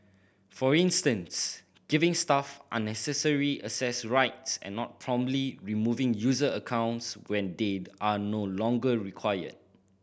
for instance giving staff unnecessary access rights and not promptly removing user accounts when they are no longer required